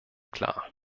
klar